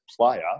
player